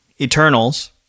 Eternals